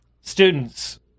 students